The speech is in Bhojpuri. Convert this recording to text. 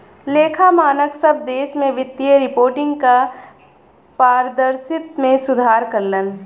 लेखा मानक सब देश में वित्तीय रिपोर्टिंग क पारदर्शिता में सुधार करलन